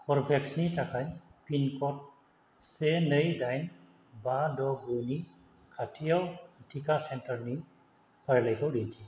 कर्वेभेक्सनि थाखाय पिनक'ड से नै दाइन बा द' गुनि खाथियाव टिका सेन्टारनि फारिलाइखौ दिन्थि